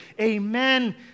Amen